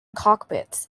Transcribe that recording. cockpits